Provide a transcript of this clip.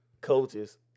coaches